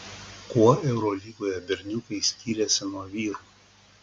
kuo eurolygoje berniukai skiriasi nuo vyrų